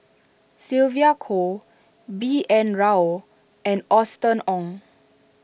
Sylvia Kho B N Rao and Austen Ong